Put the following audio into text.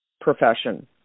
profession